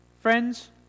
Friends